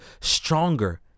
stronger